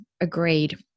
agreed